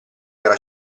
era